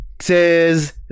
says